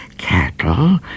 Cattle